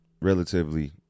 relatively